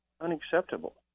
unacceptable